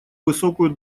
высокую